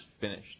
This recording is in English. finished